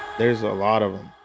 there's a lot of them.